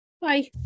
Bye